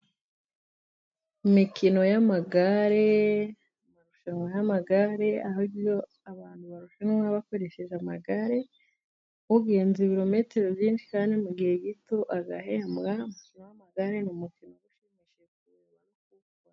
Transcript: Imikino y'amagare aho abantu barushanwa bakoresheje amagare ugenze ibirometero byinshi kandi mu gihe gito agahembwa umukino w'amagare ni umukino ushimishije.